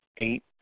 Eight